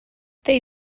they